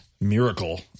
miracle